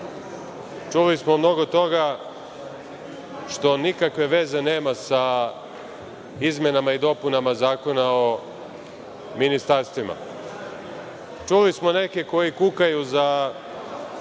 Čuli smo mnogo toga što nikakve veze nema sa izmenama i dopunama Zakona o ministarstvima. Čuli smo neke koji kukaju za